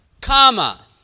Comma